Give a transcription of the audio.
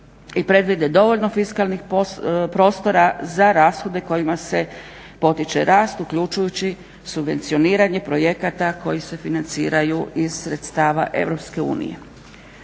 i predvidi dovoljno fiskalnih prostora za rashode kojima se potiče rast uključujući subvencioniranje projekata koji se financiraju iz sredstava